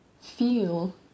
feel